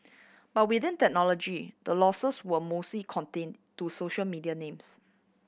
but within technology the losses were mostly contained to social media names